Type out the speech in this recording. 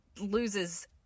loses